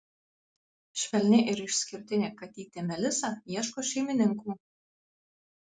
švelni ir išskirtinė katytė melisa ieško šeimininkų